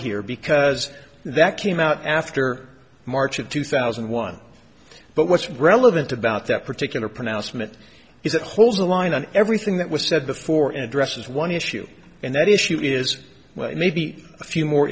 here because that came out after march of two thousand and one but what's relevant about that particular pronouncement is that hold the line on everything that was said before addresses one issue and that issue is maybe a few more